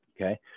okay